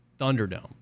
Thunderdome